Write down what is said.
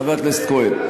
חבר הכנסת כהן.